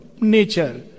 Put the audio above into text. nature